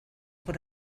por